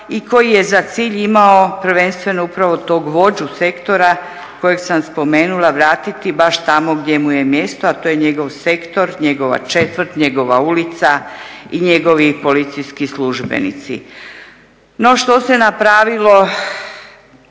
i koji je za cilj imao prvenstveno upravo tog vođu sektora kojeg sam spomenula vratiti baš tamo gdje mu je mjesto a to je njegov sektor, njegova četvrt, njegova ulica i njegovi policijski službenici. No što se napravilo